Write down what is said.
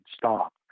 stop